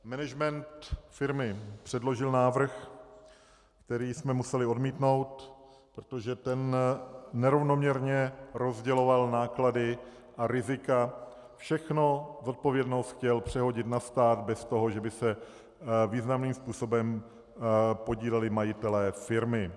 Management firmy předložil návrh, který jsme museli odmítnout, protože ten nerovnoměrně rozděloval náklady a rizika všechnu zodpovědnost chtěl přehodit na stát bez toho, že by se významným způsobem podíleli majitelé firmy.